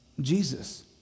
Jesus